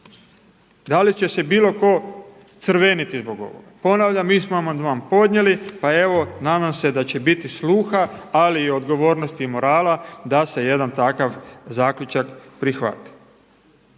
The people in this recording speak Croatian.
Da li će se bilo tko crveniti zbog ovoga? Ponavljam, mi smo amandman podijeli pa evo nadam se da će biti sluha, ali i odgovornosti i morala da se jedan takav zaključak prihvati.